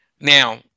Now